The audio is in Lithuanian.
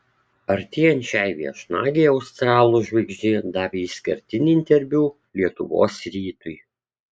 artėjant šiai viešnagei australų žvaigždė davė išskirtinį interviu lietuvos rytui